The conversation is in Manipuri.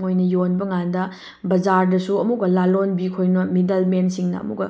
ꯃꯣꯏꯅ ꯌꯣꯟꯕꯀꯥꯟꯗ ꯕꯖꯥꯔꯗꯁꯨ ꯑꯃꯨꯛꯀ ꯂꯂꯣꯟꯕꯤꯈꯣꯏ ꯃꯤꯗꯜꯃꯦꯟꯁꯤꯡꯅ ꯑꯃꯨꯛꯀ